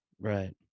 Right